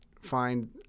find